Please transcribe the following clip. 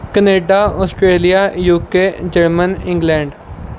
Canada Australia UK German England